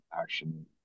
action